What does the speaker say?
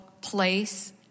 place